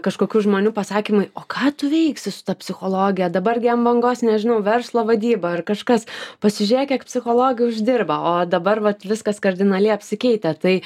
kažkokių žmonių pasakymai o ką tu veiksi su ta psichologija dabar gi an bangos nežinau verslo vadyba ar kažkas pasižėk kiek psichologė uždirba o dabar vat viskas kardinaliai apsikeitę tai